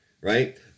right